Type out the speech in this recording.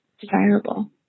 desirable